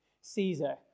Caesar